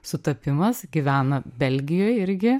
sutapimas gyvena belgijoj irgi